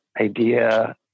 idea